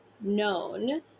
known